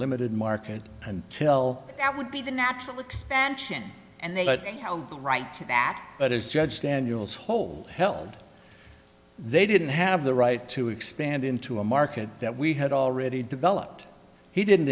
limited market and tell that would be the natural expansion and they let me hold the right to that but as judge daniel's whole held they didn't have the right to expand into a market that we had already developed he didn't